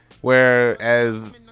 Whereas